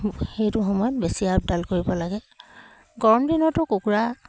সেইটো সময়ত বেছি আপদাল কৰিব লাগে গৰম দিনতো কুকুৰা